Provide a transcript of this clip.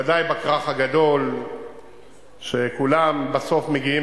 בוודאי בכרך הגדול שכולם בסוף מגיעים,